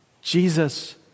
Jesus